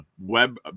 web